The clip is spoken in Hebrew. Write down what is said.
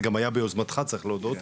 זה היה גם ביוזמתך צריך להודות,